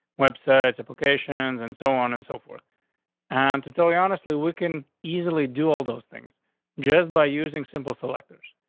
websites, applications, and so on and so forth on and to tell me honestly, weaken easily do all those things just by using simple selectors.